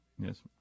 Yes